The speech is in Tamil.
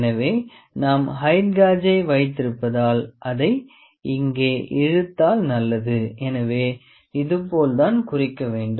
எனவே நாம் ஹெயிட் காஜை வைத்திருப்பதால் அதை இங்கே இழுத்தால் நல்லது எனவே இது போல தான் குறிக்க வேண்டும்